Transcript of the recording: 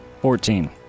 Fourteen